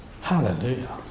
Hallelujah